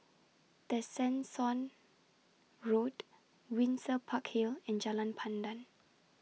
Tessensohn Road Windsor Park Hill and Jalan Pandan